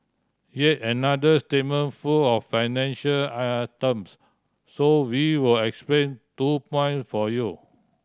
yet another statement full of financial terms so we will explain two point for you